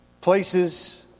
Places